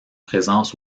présence